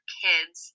kids